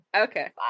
Okay